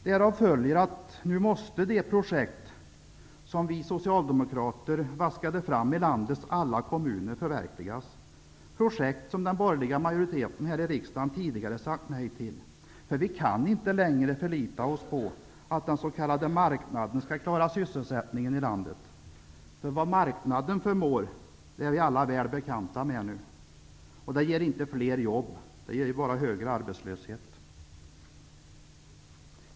Därav följer att nu måste de projekt som vi socialdemokrater vaskade fram i landets alla kommuner förverkligas. Det är projekt som den borgerliga majoriteten här i riksdagen tidigare sagt nej till. Vi kan inte längre förlita oss på att den s.k. marknaden skall klara sysselsättningen i landet. Vad marknaden förmår är vi alla väl bekanta med nu. Det ger inte fler jobb, bara högre arbetslöshet.